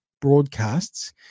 broadcasts